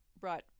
brought